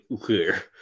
clear